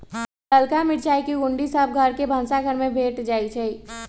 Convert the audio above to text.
ललका मिरचाई के गुण्डी सभ घर के भनसाघर में भेंट जाइ छइ